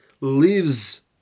lives